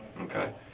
Okay